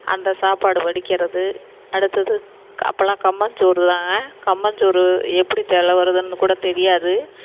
அந்த சாப்பாடு வடிக்கிறது அடுத்தது அப்போல்லாம் கம்மஞ்சோறு தாங்க கம்மஞ்சோறு எப்படி தெல வருதுனு கூட தெரியாது